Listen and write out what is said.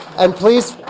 and please,